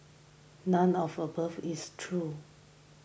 none of above is true